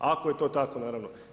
Ako je to tako naravno.